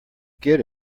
get